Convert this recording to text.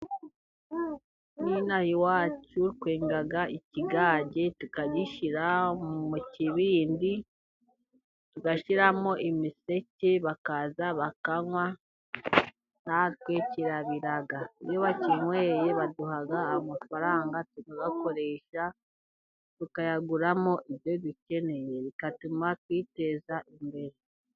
N'inaha iwacu twenga ikigage tukagishyira mu kibindi, tugashyiramo imiseke, bakaza bakanywa. Ikigage kirabira, iyo bakinyweye baduhaha amafaranga tukayakoresha tukayaguramo ibyo dukeneye bigatuma twiteza imbere.